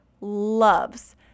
loves